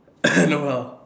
no how